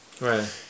Right